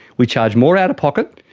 we charge more out of pocket,